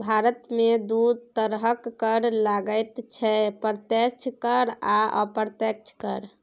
भारतमे दू तरहक कर लागैत छै प्रत्यक्ष कर आ अप्रत्यक्ष कर